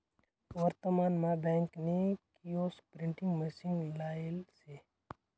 वर्तमान मा बँक नी किओस्क प्रिंटिंग मशीन लायेल शे